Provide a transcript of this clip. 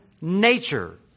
nature